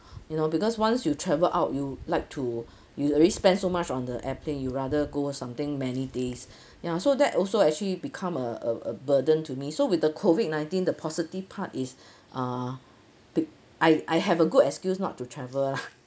you know because once you traveled out you like to you already spend so much on the airplane you rather go something many days ya so that also actually become a a a burden to me so with the COVID nineteen the positive part is uh be~ I I have a good excuse not to travel lah